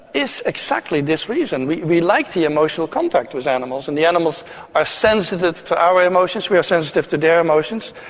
is exactly this reason. we we like the emotional contact with animals, and the animals are sensitive to our emotions, we are sensitive to their emotions,